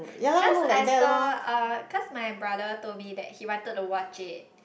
cause I saw uh cause my brother told me that he wanted to watch it